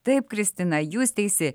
taip kristina jūs teisi